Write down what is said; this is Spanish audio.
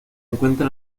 encuentra